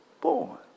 born